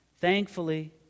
Thankfully